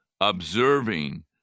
observing